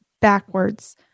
backwards